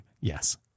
yes